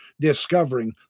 discovering